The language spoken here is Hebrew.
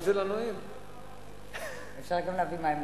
עשרה מתכננים על 3,000 תוכניות.